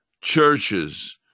churches